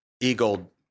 Eagle